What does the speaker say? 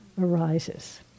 arises